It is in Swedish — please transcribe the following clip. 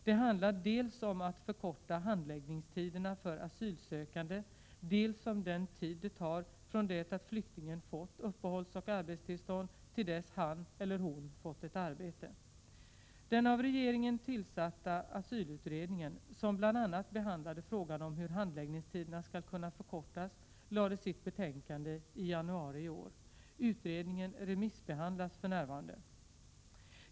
Det handlar dels om att förkorta handläggningstiderna för asylsökande, dels om den tid det tar från det att flyktingen fått uppehållsoch arbetstillstånd till dess han eller hon fått ett arbete. Den av regeringen tillsatta asylärendeutredningen, som bl.a. behandlade frågan om hur handläggningstiderna skall kunna förkortas, lade fram sitt betänkande i januari i år. Utredningen remissbehandlas för närvarande.